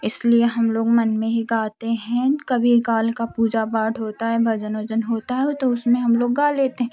इसलिए हम लोग मन में ही गाते हैं कभी गाल का पूजा पाठ होता है भजन उजन होता है तो उसमें हम लोग गा लेते हैं